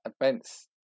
events